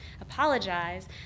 Apologize